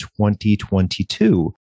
2022